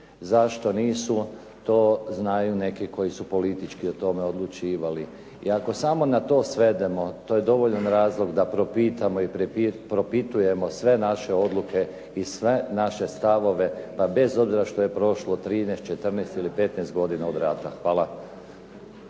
Zašto nisu to znaju neki koji su politički o tome odlučivali. I ako samo na to svedemo to je dovoljan razlog da propitamo i propitujemo sve naše odluke i sve naše stavove pa bez obzira što je prošlo 13, 14 ili 15 godina od rata. Hvala.